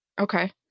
Okay